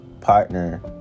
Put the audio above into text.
partner